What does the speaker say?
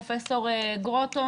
פרופ' גרוטו,